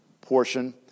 portion